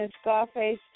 Scarface